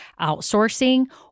outsourcing